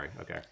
Okay